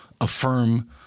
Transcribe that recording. affirm